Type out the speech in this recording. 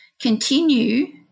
continue